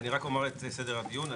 אני רק אומר את סדר הדיון.